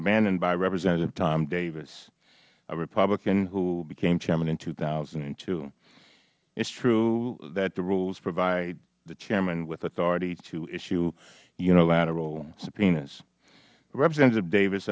abandoned by representative tom davis a republican who became chairman in two thousand and two it is true that the rules provide the chairman with authority to issue unilateral subpoenas representative davis